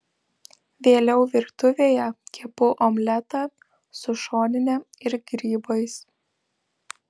vėliau virtuvėje kepu omletą su šonine ir grybais